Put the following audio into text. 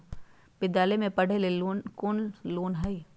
विद्यालय में पढ़े लेल कौनो लोन हई?